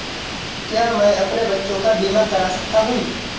क्या मैं अपने बच्चों का बीमा करा सकता हूँ?